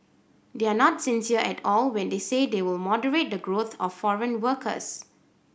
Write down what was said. they are not sincere at all when they say they will moderate the growth of foreign workers